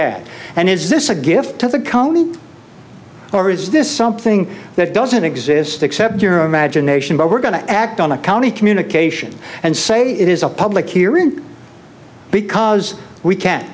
ad and is this a gift to the company or is this something that doesn't exist except your imagination but we're going to act on a county communication and say it is a public hearing because we can't